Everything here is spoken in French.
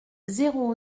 zéro